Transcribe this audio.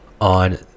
on